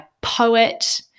poet